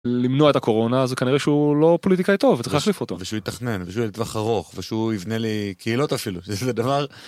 למנוע את הקורונה זה כנראה שהוא לא פוליטיקאי טוב וצריך להחליף אותו. ושהוא יתכנן ושהוא יהיה לטווח ארוך ושהוא יבנה לי קהילות אפילו שזה דבר.